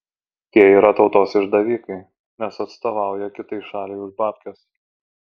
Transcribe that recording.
tie yra tautos išdavikai nes atstovauja kitai šaliai už babkes